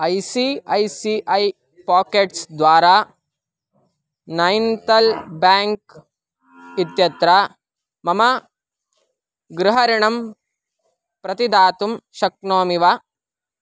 I C I C I pockets द्वारा Nainital bank इत्यत्र मम गृहऋणं प्रतिदातुं शक्नोमि वा